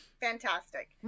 fantastic